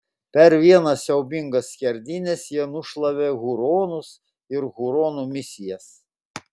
per vienas siaubingas skerdynes jie nušlavė huronus ir huronų misijas